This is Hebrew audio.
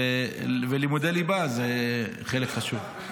ולימודי ליבה זה חלק חשוב.